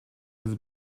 has